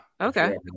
Okay